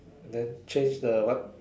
and then change the what